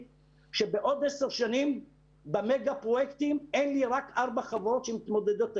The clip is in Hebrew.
שבעוד עשר שנים במגה פרויקטים אין לי רק ארבע חברות שמתמודדות היום.